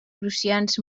prussians